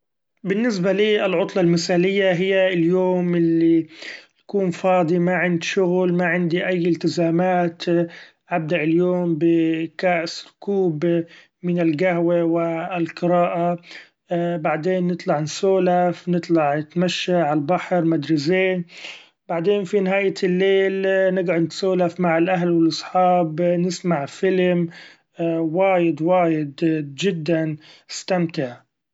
بالنسبة لي العطلة المثالية هي اليوم اللي بكون فاضي ما عند شغل ما عندى أي التزامات حبدأ اليوم بي كأس كوب من القهوي و القراءة بعدين نطلع نسولف نطلع نتمشي ع البحر مدري زين بعدين في نهاية الليل نقعد نتسولف مع الأهل و الأصحاب نسمع film وايد وايد جدا نستمتع.